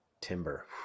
Timber